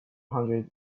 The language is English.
hundred